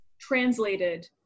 translated